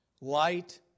light